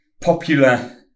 popular